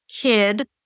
kid